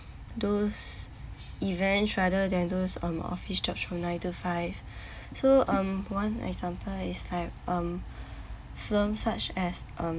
those events rather than those um office jobs from nine to five so um one example is like um films such as um